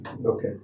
Okay